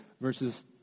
verses